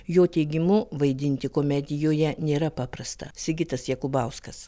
jo teigimu vaidinti komedijoje nėra paprasta sigitas jakubauskas